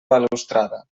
balustrada